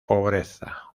pobreza